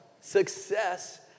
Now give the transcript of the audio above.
success